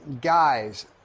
Guys